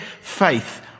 faith